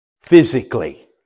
physically